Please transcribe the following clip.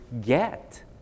get